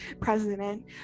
President